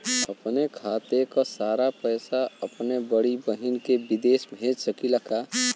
अपने खाते क सारा पैसा अपने बड़ी बहिन के विदेश भेज सकीला का?